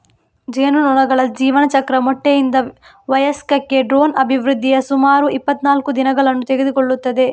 ಜೇನುನೊಣಗಳ ಜೀವನಚಕ್ರ ಮೊಟ್ಟೆಯಿಂದ ವಯಸ್ಕಕ್ಕೆ ಡ್ರೋನ್ನ ಅಭಿವೃದ್ಧಿಯು ಸುಮಾರು ಇಪ್ಪತ್ತನಾಲ್ಕು ದಿನಗಳನ್ನು ತೆಗೆದುಕೊಳ್ಳುತ್ತದೆ